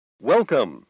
Welcome